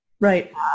right